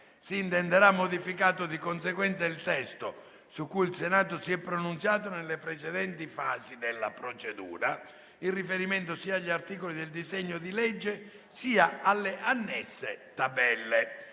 si intenderà modificato di conseguenza il testo su cui il Senato si è pronunciato nelle precedenti fasi della procedura, in riferimento sia agli articoli del disegno di legge, sia alle annesse tabelle.